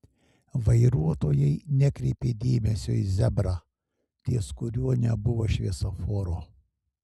vairuotojai nekreipė dėmesio į zebrą ties kuriuo nebuvo šviesoforo